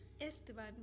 Esteban